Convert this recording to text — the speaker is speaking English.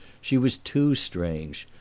she was too strange,